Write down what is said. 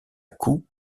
coups